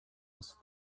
was